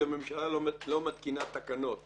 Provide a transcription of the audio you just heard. כי הממשלה לא מתקינה תקנות,